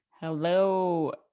Hello